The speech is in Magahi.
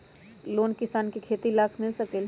लोन किसान के खेती लाख मिल सकील?